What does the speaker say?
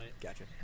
Gotcha